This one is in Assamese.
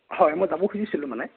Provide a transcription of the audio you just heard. হয় মই যাব খুজিছিলোঁ মানে